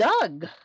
Doug